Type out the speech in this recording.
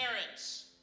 parents